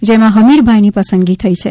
જેમાં હમીરભાઇની પસંદગી થઇ છે